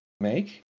make